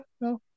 no